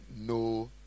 no